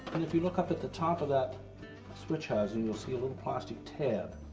and if you look up at the top of that switch housing, you'll see a little plastic tab.